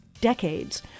decades